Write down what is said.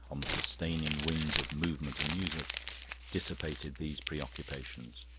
on the sustaining wings of movement and music dissipated these preoccupations.